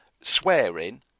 swearing